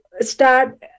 start